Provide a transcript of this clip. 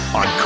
on